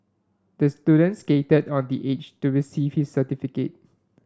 the student skated on the age to receive his certificate